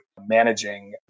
managing